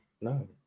no